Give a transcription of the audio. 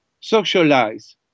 socialize